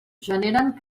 generen